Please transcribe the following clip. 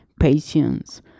patience